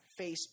Facebook